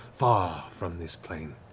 far from this plane.